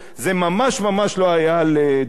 זה ממש ממש לא היה על דעתה.